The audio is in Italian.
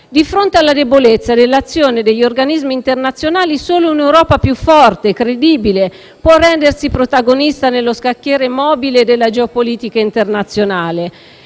Di fronte alla debolezza dell'azione degli organismi internazionali, solo un'Europa più forte e credibile può rendersi protagonista nello scacchiere mobile della geopolitica internazionale.